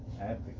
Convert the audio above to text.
advocate